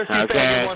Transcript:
okay